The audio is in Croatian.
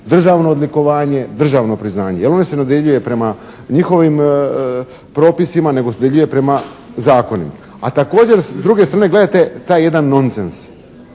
državno odlikovanje, državno priznanje. Jer ono se ne dodjeljuje prema njihovim propisima nego se dodjeljuje prema zakonima. A također s druge strane gledajte taj jedan nonsens.